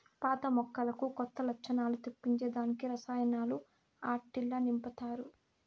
పాత మొక్కలకు కొత్త లచ్చణాలు తెప్పించే దానికి రసాయనాలు ఆట్టిల్ల నింపతారు